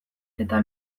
eta